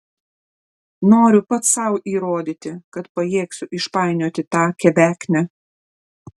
noriu pats sau įrodyti kad pajėgsiu išpainioti tą kebeknę